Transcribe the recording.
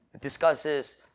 discusses